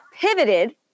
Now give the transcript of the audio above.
pivoted